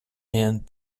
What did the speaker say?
and